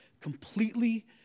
completely